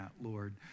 Lord